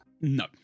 No